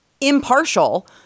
impartial